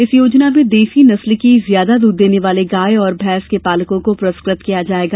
इस योजना में देसी नस्ल की ज्यादा दूध देने वाली गाय और भैंस के पालको को पूरस्कृत किया जायेगा